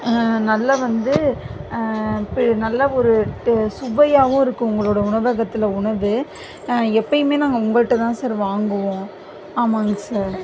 நல்ல வந்து பே நல்ல ஒரு டே சுவையாகவும் இருக்குது உங்களோட உணவகத்தில் உணவு எப்போயுமே நாங்கள் உங்ககிட்ட தான் சார் வாங்குவோம் ஆமாங்க சார்